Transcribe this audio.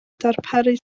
darparu